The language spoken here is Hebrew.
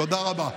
תודה רבה.